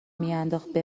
مینداخت